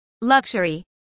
Luxury